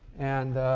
and